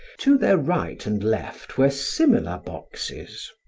to their right and left were similar boxes.